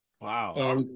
Wow